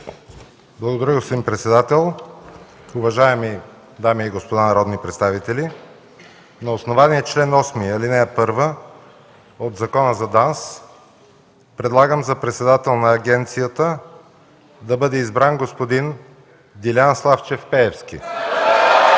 Благодаря Ви, господин председател. Уважаеми дами и господа народни представители, на основание чл. 8, ал. 1 от Закона за ДАНС предлагам за председател на агенцията да бъде избран господин Делян Славчев Пеевски. (Силен